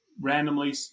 randomly